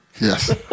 Yes